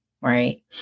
right